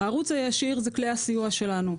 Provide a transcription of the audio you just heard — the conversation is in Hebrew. הערוץ הישיר זה כלי הסיוע שלנו.